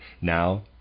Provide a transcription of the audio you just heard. now